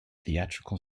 theatrical